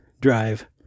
drive